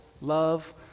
love